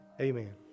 Amen